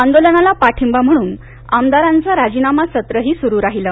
आंदोलनाला पाठींबा म्हणून आमदारांचे राजीनामा सत्रही सुरु राहिले